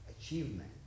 achievement